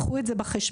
קחו את זה בחשבון.